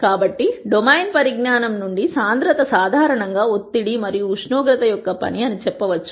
కాబట్టి డొమైన్ పరిజ్ఞానం నుండి సాంద్రత సాధారణంగా ఒత్తిడి మరియు ఉష్ణోగ్రత యొక్క పని అని చెప్పవచ్చు